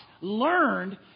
learned